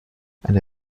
eine